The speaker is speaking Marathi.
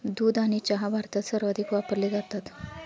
दूध आणि चहा भारतात सर्वाधिक वापरले जातात